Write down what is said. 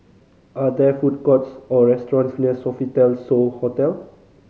are there food courts or restaurants near Sofitel So Hotel